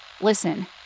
Listen